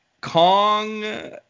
Kong